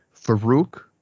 Farouk